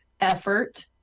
effort